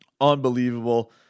unbelievable